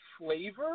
flavor